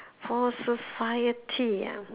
for society ah